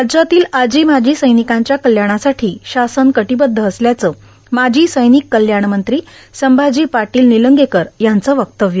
राज्यातील आजीमाजी सैनिकांच्या कल्याणासाठी शासन कटिबद्ध असल्याचं माजी सैनिक कल्याणमंत्री संभाजी पाटील निलंगेकर यांचं वक्तव्य